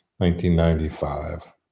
1995